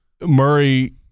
Murray